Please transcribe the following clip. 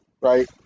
right